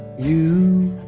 you,